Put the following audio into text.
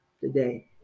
today